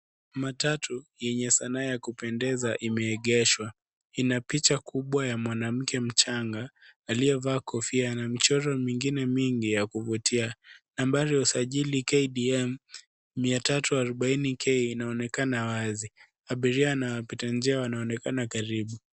Matatu yenye sanaa ya kupendeza imeegeshwa. Ina picha kubwa ya mwanamke mchanga aliyevaa kofia na michoro mingine mingi ya kuvutia ambalo usajili KDM 340K inaonekana wazi. Abiria na wapita njia wanaonekana karibu.